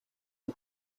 the